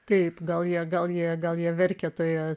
taip gal jie gal jie gal jie verkia toje